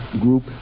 group